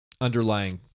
underlying